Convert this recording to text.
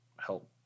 help